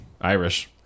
Irish